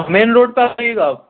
مین road پہ آئیے گا آپ